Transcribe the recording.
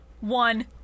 one